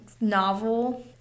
novel